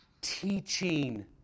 teaching